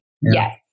Yes